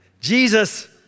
Jesus